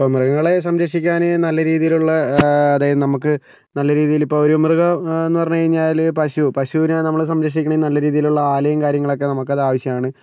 ഇപ്പോൾ മൃഗങ്ങളേ സംരക്ഷിക്കാന് നല്ലരീതിയിലുള്ള അതായത് നമുക്ക് നല്ല രീതിയില് ഇപ്പോൾ ഒരു മൃഗമെന്ന് പറഞ്ഞു കഴിഞ്ഞാല് പശു പശുവിനേ നമ്മള് സംരക്ഷിക്കുന്നതിന് നല്ല രീതിയിലുള്ള ആലയും കാര്യങ്ങളൊക്കേ നമുക്കത് ആവശ്യമാണ്